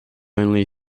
only